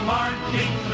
Marching